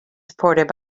supported